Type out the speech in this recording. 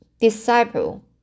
disciple